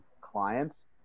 clients